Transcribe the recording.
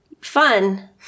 fun